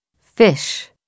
Fish